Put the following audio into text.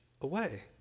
away